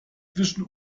zwischen